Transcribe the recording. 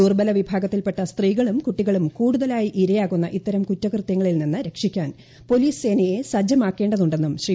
ദുർബല വിഭാഗത്തിൽപ്പെട്ട സ്ത്രീകളും കൂട്ടികളും കൂടുതലായി ഇരയാകുന്ന ഇത്തരം കുറ്റകൃത്യങ്ങളിൽ ്നിന്ന് രക്ഷിക്കാൻ പോലീസ് സേനയെ സജ്ജമാക്കേണ്ടതുണ്ടെന്നും ശ്രീ